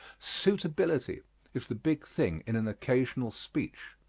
suitability is the big thing in an occasional speech.